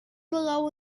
below